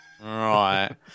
right